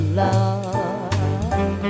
love